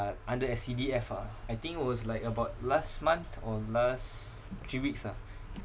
under S_C_D_F ah I think it was like about last month or last three weeks ah